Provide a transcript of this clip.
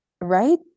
Right